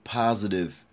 positive